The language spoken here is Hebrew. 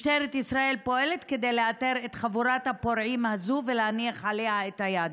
משטרת ישראל פועלת כדי לאתר את חבורת הפורעים הזו ולהניח עליה את היד.